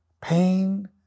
pain